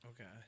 Okay